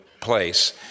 place